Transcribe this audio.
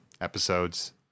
episodes